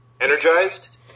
Energized